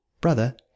Brother